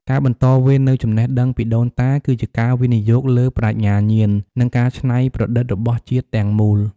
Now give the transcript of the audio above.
ការបន្តវេននូវចំណេះដឹងពីដូនតា គឺជាការវិនិយោគលើប្រាជ្ញាញាណ និងការច្នៃប្រឌិតរបស់ជាតិទាំងមូល។